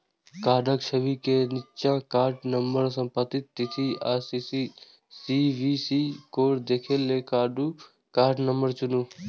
कार्डक छवि के निच्चा कार्ड नंबर, समाप्ति तिथि आ सी.वी.वी कोड देखै लेल कार्ड नंबर चुनू